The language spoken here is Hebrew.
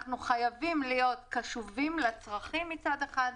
אנחנו חייבים להיות קשובים לצרכים מצד אחד,